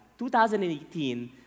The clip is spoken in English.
2018